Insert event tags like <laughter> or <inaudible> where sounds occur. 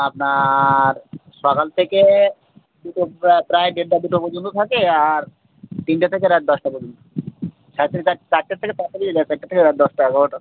আপনার সকাল থেকে দুটো প্রা প্রায় দেড়টা দুটো পর্যন্ত থাকে আর তিনটে থেকে রাত দশটা পর্যন্ত সাড়ে তিনটা চারটের থেকে <unintelligible> চারটের থেকে রাত দশটা এগারোটা